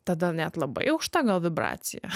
tada net labai aukšta gal vibracija